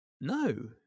no